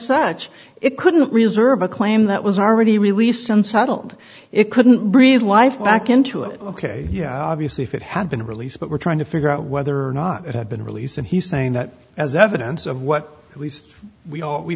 such it couldn't reserve a claim that was already released unsettled it couldn't breathe life back into it ok yeah obviously if it had been released but we're trying to figure out whether or not it had been released and he's saying that as evidence of what he